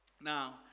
Now